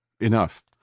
enough